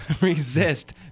resist